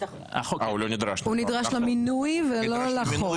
הוא נדרש למינוי ולא לחוק.